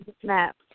snap